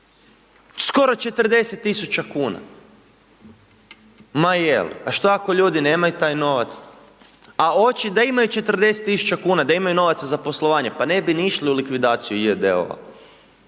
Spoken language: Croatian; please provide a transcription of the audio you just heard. skoro 40 tisuća kuna. Ma jel, a što ako ljudi nemaju taj novac? Da imaju 40 tisuća kuna, da imaju novaca za poslovanje, pa ne bi ni išli u likvidaciju j.d.o.o.